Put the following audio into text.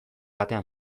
batean